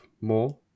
more